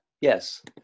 yes